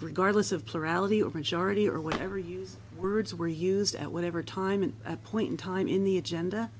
regardless of plurality overage already or whatever use words were used at whatever time and a point in time in the agenda